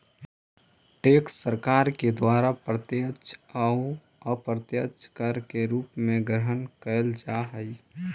tax सरकार के द्वारा प्रत्यक्ष अउ अप्रत्यक्ष कर के रूप में ग्रहण कैल जा हई